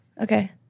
Okay